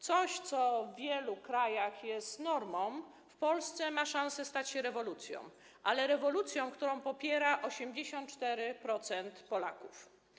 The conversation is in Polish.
Coś, co w wielu krajach jest normą, w Polsce ma szansę stać się rewolucją, ale rewolucją, którą popiera 84% Polaków.